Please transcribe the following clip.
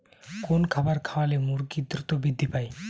কোন খাবার খাওয়ালে মুরগি দ্রুত বৃদ্ধি পায়?